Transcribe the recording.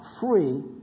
free